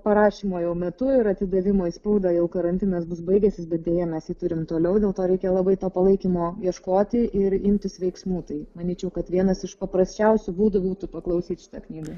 parašymo jau metu ir atidavimo į spaudą jau karantinas bus baigęsis bet deja mes jį turim toliau dėl to reikia labai to palaikymo ieškoti ir imtis veiksmų tai manyčiau kad vienas iš paprasčiausių būdų būtų paklausyt knygą